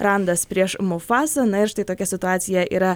randas prieš mufasą na ir štai tokia situacija yra